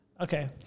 Okay